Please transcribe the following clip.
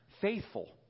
faithful